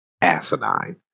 asinine